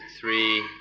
three